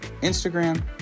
Instagram